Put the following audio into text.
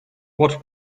what